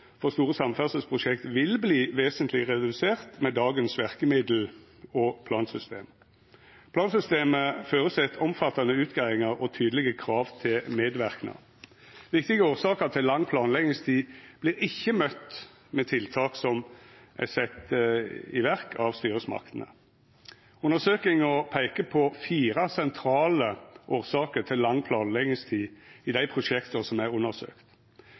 for store samferdselsprosjekt vil verta vesentleg redusert med dagens verkemiddel og plansystem. Plansystemet føreset omfattande utgreiingar og tydelege krav til medverknad. Viktige årsaker til lang planleggingstid vert ikkje møtte med tiltak som er sette i verk av styresmaktene. Undersøkinga peikar på fire sentrale årsaker til lang planleggingstid i dei prosjekta som er